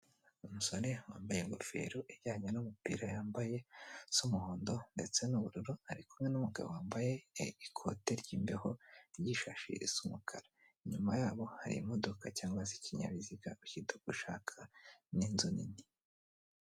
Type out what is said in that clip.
Umusore wambaye ingofero ijyanye n'umupira wambaye z'umuhondo ndetse n'ubururu, arikumwe n'umugabo wambaye ikote ry'imbeho ry'ishashi risa umukara. Inyuma yabo hari imidoka cyangwa se ikinyabiziga ukite uko ushaka n'inzu nini.